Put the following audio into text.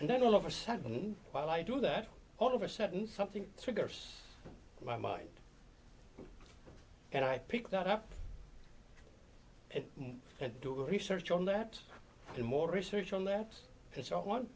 and then all of a sudden while i do that all of a sudden something triggers my mind and i pick that up and do research on that and more research on that